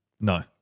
no